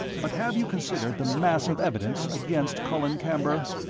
but have you considered the mass of evidence against colin camber?